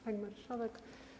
Pani Marszałek!